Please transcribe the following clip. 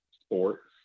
sports